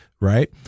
Right